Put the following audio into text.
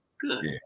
good